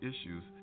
issues